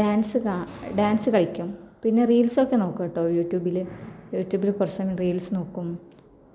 dance കാ dance കളിക്കും പിന്നെ റീല്സൊക്കെ നോക്കും കേട്ടോ യൂറ്റൂബിൽ യൂറ്റൂബിൽ പ്രെസൻറ്റ് റീല്സ് നോക്കും